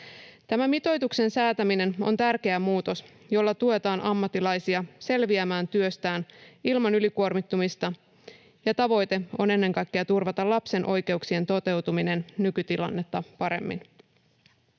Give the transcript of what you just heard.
Tämä mitoituksen säätäminen on tärkeä muutos, jolla tuetaan ammattilaisia selviämään työstään ilman ylikuormittumista, ja tavoite on ennen kaikkea turvata lapsen oikeuksien toteutuminen nykytilannetta paremmin.